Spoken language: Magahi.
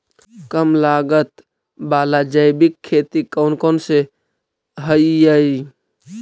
कम लागत वाला जैविक खेती कौन कौन से हईय्य?